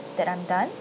that I'm done